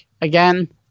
again